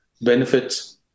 benefits